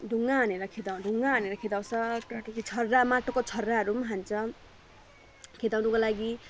ढुङ्गा हानेर खेदा ढुङ्गा हानेर खेदाउँछ त्यहाँदेखि छर्रा माटोको छर्राहरू हान्छौँ खेदाउनुको लागि